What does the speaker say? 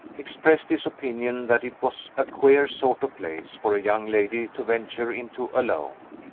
expressed his opinion that it was a queer sort of place for a young lady to venture into alone.